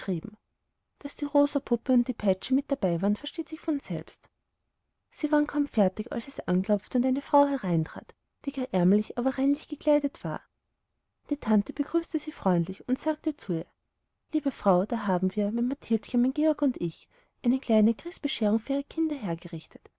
die rosa puppe und die peitsche mit dabei waren versteht sich von selbst sie waren kaum fertig als es anklopfte und eine frau hereintrat die gar ärmlich aber reinlich gekleidet war die tante begrüßte sie freundlich und sagte zu ihr liebe frau da haben wir mein mathildchen mein georg und ich eine kleine christbescherung für ihre kinder hergerichtet